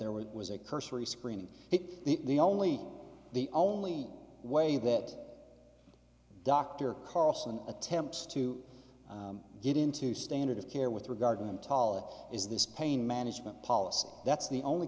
there was a cursory screening the only the only way that dr carlson attempts to get into standard of care with regard to emtala is this pain management policy that's the only